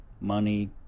money